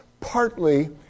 Partly